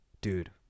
Dude